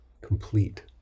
complete